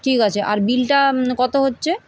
ঠিক আছে আর বিলটা কতো হচ্ছে